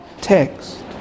text